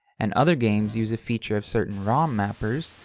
and other games use a feature of certain rom mappers,